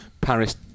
Paris